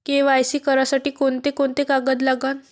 KYC करासाठी कोंते कोंते कागद लागन?